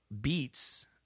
beats